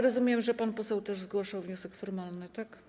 Rozumiem, że pan poseł zgłasza też wniosek formalny, tak?